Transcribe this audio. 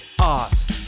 Art